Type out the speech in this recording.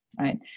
right